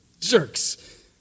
jerks